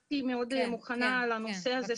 הגעתי מאוד מוכנה לנושא הזה.